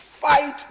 fight